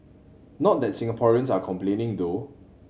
not that Singaporeans are complaining though